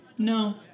No